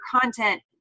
content